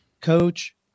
coach